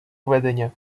ведення